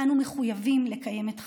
אנו מחויבים לקיים את חזונו.